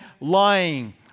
lying